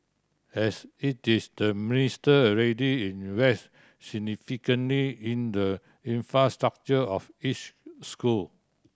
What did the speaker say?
as it is the Minister already invest significantly in the infrastructure of each school